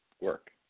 work